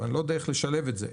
אני לא יודע איך לשלב את זה.